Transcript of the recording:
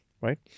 right